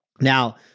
Now